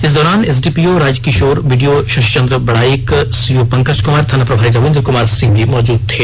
इस दौरान SDPO Rajkishore BDO Shashindra Baraik CO Pankaj Kumar थाना प्रभारी रविन्द्र कुमार सिंह भी मौजूद थे